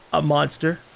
a monster.